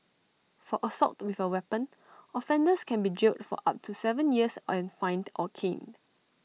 for assault with A weapon offenders can be jailed for up to Seven years and fined or caned